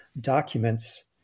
documents